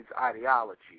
ideology